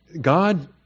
God